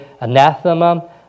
anathema